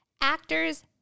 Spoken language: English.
Actors